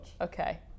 Okay